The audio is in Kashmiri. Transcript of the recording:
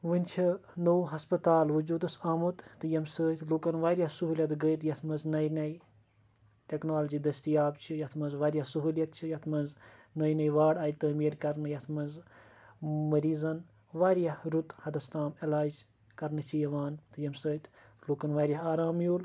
وٕنۍ چھِ نوٚو ہَسپَتال وجوٗدَس آمُت تہٕ ییٚمہِ سۭتۍ لُکَن واریاہ سہوٗلیت گٔے تہٕ یَتھ منٛز نَیہِ نَیہِ ٹٮ۪کنالجی دٔستِیاب چھِ یَتھ منٛز واریاہ سہوٗلیت چھِ یَتھ منٛز نٔے نٔے وارڈ آیہِ تٲمیٖر کَرنہٕ یَتھ منٛز مٔریٖزَن واریاہ رُت حَدَس تام علاج کَرنہٕ چھِ یِوان تہٕ ییٚمہِ سۭتۍ لُکَن واریاہ آرام میوٗل